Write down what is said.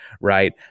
right